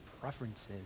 preferences